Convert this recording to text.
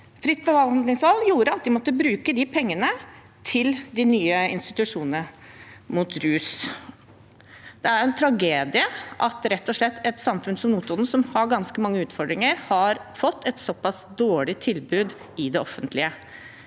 Fritt behandlingsvalg gjorde at man måtte bruke pengene på de nye institusjonene mot rus. Det er en tragedie, rett og slett, at et samfunn som Notodden, som har ganske mange utfordringer, har fått et såpass dårlig tilbud i det offentlige.